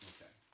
Okay